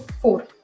four